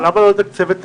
למה לא לתקצב את